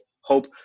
hope